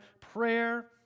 prayer